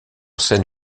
scène